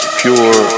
pure